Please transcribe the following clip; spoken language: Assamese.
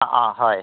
অঁ অঁ হয়